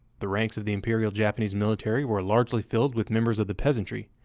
the ranks of the imperial japanese military were largely filled with members of the peasantry,